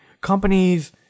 companies